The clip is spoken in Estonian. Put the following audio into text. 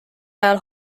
ajal